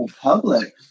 public